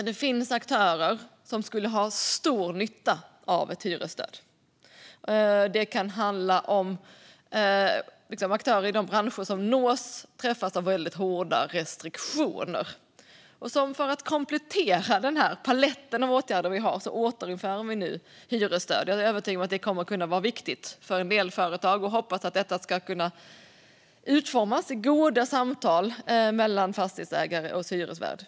Det finns aktörer som skulle ha stor nytta av ett hyresstöd. Det kan handla om aktörer i de branscher som träffas av väldigt hårda restriktioner. För att komplettera paletten av åtgärder vi har återinför vi nu hyresstödet. Jag är övertygad om att det kommer att kunna vara viktigt för en del företag och hoppas att detta ska kunna utformas i goda samtal mellan fastighetsägare och hyresgäst.